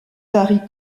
varie